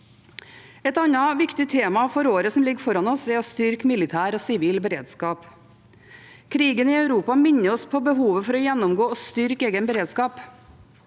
Et annet viktig tema for året som ligger foran oss, er å styrke militær og sivil beredskap. Krigen i Europa minner oss på behovet for å gjennomgå og styrke egen beredskap.